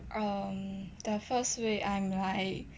um the first week I'm like